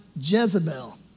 Jezebel